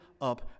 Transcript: up